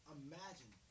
imagine